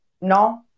No